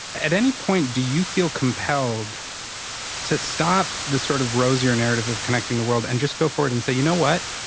at any point, do you feel compelled to stop the sort of rosier narrative of connecting the world, and just go for it and say, you know, what?